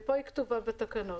ופה היא כתובה בתקנות.